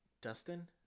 Dustin